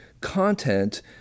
content